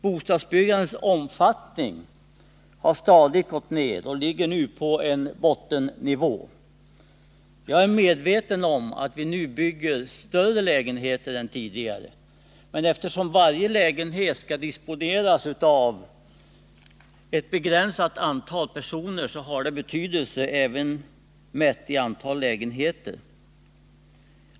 Bostadsbyggandets omfattning har stadigt gått ned och ligger nu på en bottennivå. Jag är medveten om att vi nu bygger större lägenheter än tidigare, men eftersom varje lägenhet skall disponeras av ett begränsat antal personer har även antalet lägenheter betydelse.